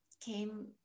came